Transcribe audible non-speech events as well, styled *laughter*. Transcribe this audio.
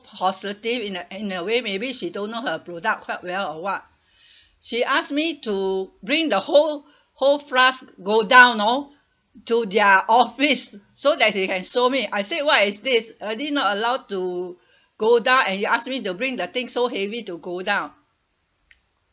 positive in a in a way maybe she don't know her product quite well or [what] *breath* she asked me to bring the whole whole flask go down know to their office so that she can show me I say what is this already not allowed to go down and you ask me to bring the thing so heavy to go down